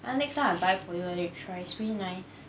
ah next time I buy for you then you try it's pretty nice